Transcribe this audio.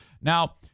Now